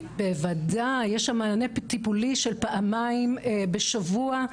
בוודאי, יש שם מענה טיפולי של פעמיים בשבוע.